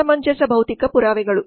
ಅಸಮಂಜಸ ಭೌತಿಕ ಪುರಾವೆಗಳು